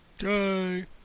yay